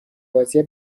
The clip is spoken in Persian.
بازی